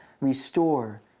restore